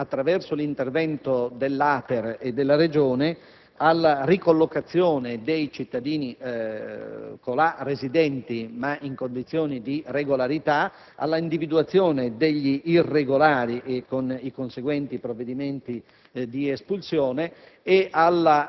avrebbe dovuto condurre, attraverso l'intervento dell'ATER e della Regione, alla ricollocazione dei cittadini colà residenti, ma in condizioni di regolarità, all'individuazione degli irregolari con i conseguenti provvedimenti